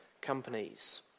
companies